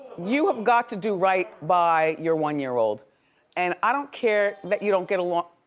you have got to do right by your one-year-old and i don't care that you don't get along